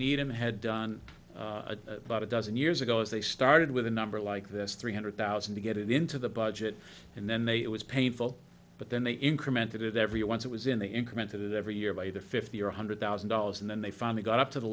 needham had done about a dozen years ago is they started with a number like this three hundred thousand to get it into the budget and then they it was painful but then they incremented it every once it was in the incremented every year by the fifty or one hundred thousand dollars and then they finally got up to the